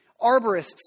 Arborists